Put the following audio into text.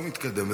לא מתקדם.